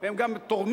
הם גם תורמים.